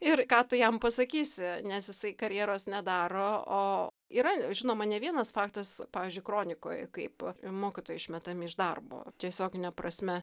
ir ką tu jam pasakysi nes jisai karjeros nedaro o yra žinoma ne vienas faktas pavyzdžiui kronikoj kaip mokytojai išmetami iš darbo tiesiogine prasme